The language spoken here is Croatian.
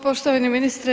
Poštovani ministre.